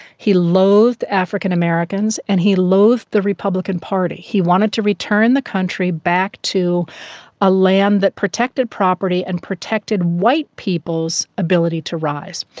he loathed african americans and he loathed the republican party. he wanted to return the country back to a land that protected property and protected white people's ability to rise.